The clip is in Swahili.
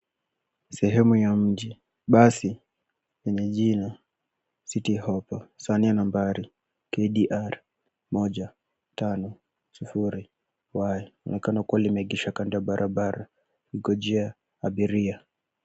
Sehemu ya mji, basi enye jina City hoppa sani ya nambari KDR 150Y likiwa limeegeshwa kando ya barabara kungojea abiria.